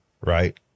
Right